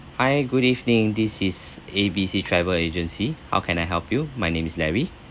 hi good evening this is A B C travel agency how can I help you my name is larry